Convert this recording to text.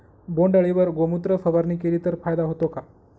बोंडअळीवर गोमूत्र फवारणी केली तर फायदा होतो का?